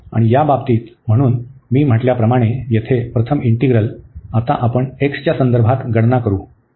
आणि या बाबतीत म्हणून मी म्हटल्याप्रमाणे येथे प्रथम इंटीग्रल आता आपण x च्या संदर्भात गणना करू